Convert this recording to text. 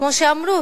כמו שאמרו,